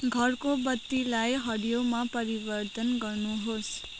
घरको बत्तीलाई हरियोमा परिवर्तन गर्नुहोस्